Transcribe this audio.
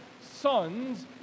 sons